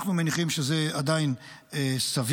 אנחנו מניחים שזה עדיין סביר.